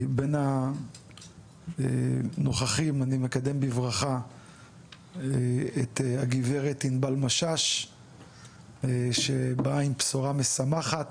בין הנוכחים אני מקדם בברכה את הגברת ענבל משש שבאה עם בשורה משמחת,